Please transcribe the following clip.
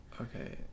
Okay